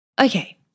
Okay